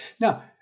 now